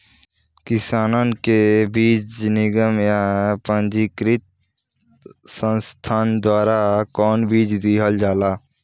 किसानन के बीज निगम या पंजीकृत संस्था द्वारा कवन बीज देहल जाला?